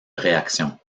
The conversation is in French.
réaction